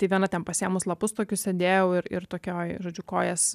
tai viena ten pasiėmus lapus tokius sėdėjau ir ir tokioj žodžiu kojas